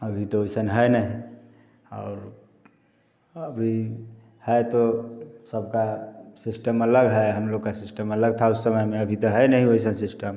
अभी तो ओइसन है नहीं और अभी है तो सबका सिस्टम अलग है हम लोग का सिस्टम अलग था उस समय में अभी तो है नहीं वैसा सिस्टम